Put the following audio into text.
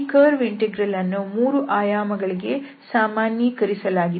ಈ curve integral ಅನ್ನು ಮೂರು ಆಯಾಮಗಳಿಗೆ ಸಾಮಾನ್ಯೀಕರಿಸಲಾಗಿದೆ